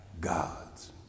gods